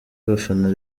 bafana